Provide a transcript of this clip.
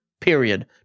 period